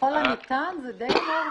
ככל הניתן, זה אמורפי,